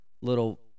little